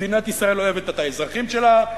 ומדינת ישראל לא אוהבת את האזרחים שלה,